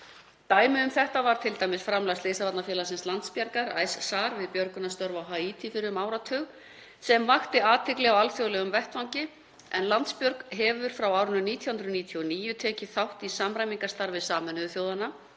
Dæmi um þetta var t.d. framlag Slysavarnafélagsins Landsbjargar, ICE-SAR, við björgunarstörf á Haítí fyrir um áratug sem vakti athygli á alþjóðlegum vettvangi en Landsbjörg hefur frá árinu 1999 tekið þátt í samræmingarstarfi Sameinuðu þjóðanna